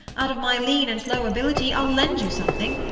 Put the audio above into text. out of my lean and low ability i ll lend you something.